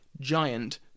giant